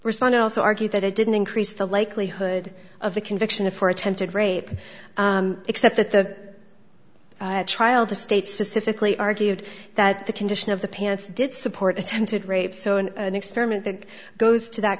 responded also argue that it didn't increase the likelihood of the conviction for attempted rape except that the trial the state specifically argued that the condition of the pants did support attempted rape so in an experiment that goes to that